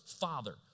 father